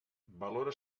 valora